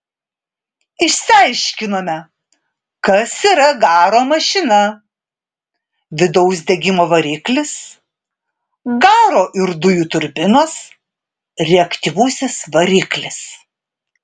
išsiaiškinome kas yra garo mašina vidaus degimo variklis garo ir dujų turbinos reaktyvusis variklis